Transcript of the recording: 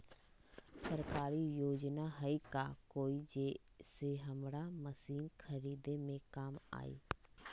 सरकारी योजना हई का कोइ जे से हमरा मशीन खरीदे में काम आई?